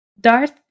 Darth